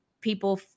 people